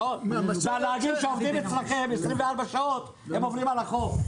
הנהגים שעובדים אצלכם 24 שעות עוברים על החוק.